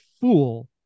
fool